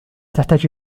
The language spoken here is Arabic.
تحتاج